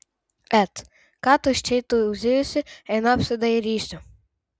et ką tuščiai tauzijusi einu apsidairysiu